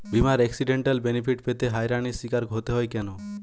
বিমার accidental benefit পেতে হয়রানির স্বীকার হতে হয় কেন?